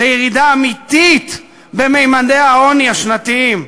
לירידה אמיתית בממדי העוני השנתיים,